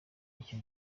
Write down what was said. icyo